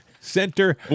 Center